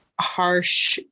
harsh